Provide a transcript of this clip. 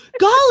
golly